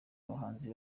abahanzi